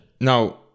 now